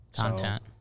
Content